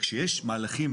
כשיש מהלכים,